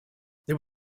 there